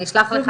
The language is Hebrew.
בניגוד למה